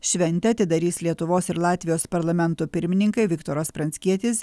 šventę atidarys lietuvos ir latvijos parlamento pirmininkai viktoras pranckietis